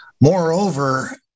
Moreover